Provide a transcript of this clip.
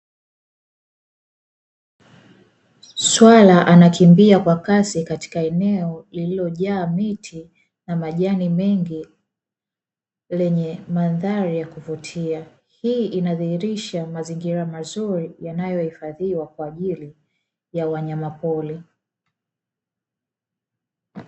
Swala anakimbia kwa kasi katika eneo lililojaa miti na majani mengi, lenye mandhari ya kuvutia, hii inadhihirisha mazingira mazuri yanayohifadhiwa kwa ajili ya wanyama pori.